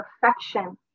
perfection